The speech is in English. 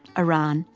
iran,